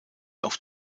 auf